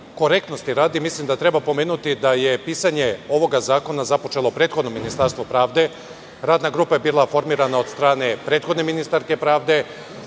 korektnosti radi, mislim da treba pomenuti da je pisanje ovog zakona započelo prethodno Ministarstvo pravde. Radna grupa je bila formirana od strane prethodne ministarke pravde,